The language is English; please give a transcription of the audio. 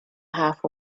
half